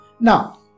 Now